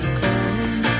come